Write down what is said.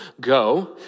go